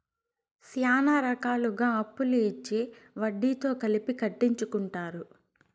శ్యానా రకాలుగా అప్పులు ఇచ్చి వడ్డీతో కలిపి కట్టించుకుంటారు